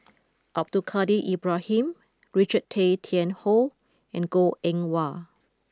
Abdul Kadir Ibrahim Richard Tay Tian Hoe and Goh Eng Wah